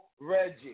Reggie